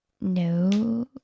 No